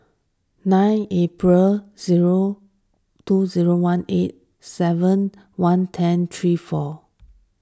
nine April zero two zero one eight seven one ten three four